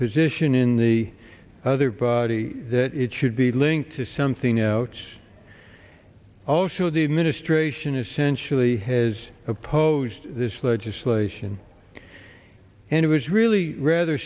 position in the other body that it should be linked to something out also the administration essentially has opposed this legislation and it was really rather